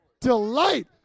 Delight